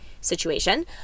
situation